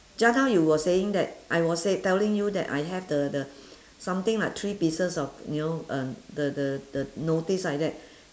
just now you were saying that I was say~ telling you that I have the the something like three pieces of you know uh the the the notice like that